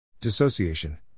Dissociation